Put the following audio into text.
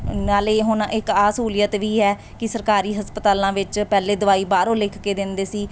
ਨਾਲ ਹੁਣ ਇੱਕ ਇਹ ਸਹੂਲੀਅਤ ਵੀ ਹੈ ਕਿ ਸਰਕਾਰੀ ਹਸਪਤਾਲਾਂ ਵਿੱਚ ਪਹਿਲਾਂ ਦਵਾਈ ਬਾਹਰੋਂ ਲਿਖ ਕੇ ਦਿੰਦੇ ਸੀ